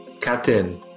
Captain